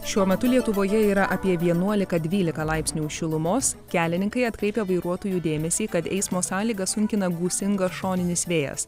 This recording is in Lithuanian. šiuo metu lietuvoje yra apie vienuolika dvylika laipsnių šilumos kelininkai atkreipia vairuotojų dėmesį kad eismo sąlygas sunkina gūsingas šoninis vėjas